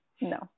no